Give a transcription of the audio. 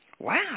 Wow